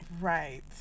Right